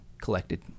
collected